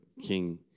king